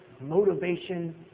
Motivation